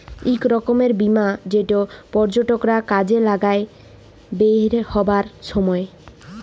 ইক রকমের বীমা যেট পর্যটকরা কাজে লাগায় বেইরহাবার ছময়